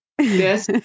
Yes